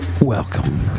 welcome